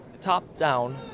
top-down